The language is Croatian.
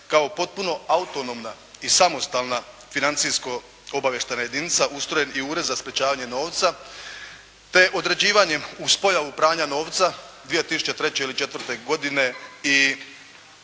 kao potpuno autonomna i samostalna financijsko-obavještajna jedinica ustrojen i Ured za sprječavanje novca, te određivanjem uz pojavu pranja novca 2003. ili četvrte godine i